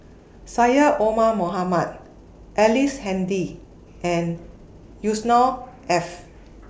Syed Omar Mohamed Ellice Handy and Yusnor Ef